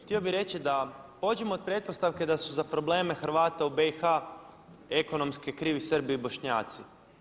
Htio bih reći da pođimo od pretpostavke da su za probleme Hrvata u BiH ekonomske krivi Srbi i Bošnjaci.